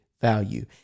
value